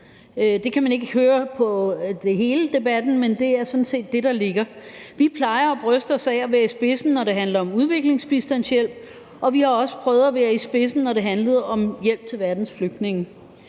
Det kan man ikke høre på hele debatten, men det er sådan set det, der ligger. Vi plejer at bryste os af at være i spidsen, når det handler om udviklingsbistand, og vi har også prøvet at være i spidsen, når det handlede om hjælp til verdens flygtninge.